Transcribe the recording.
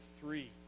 three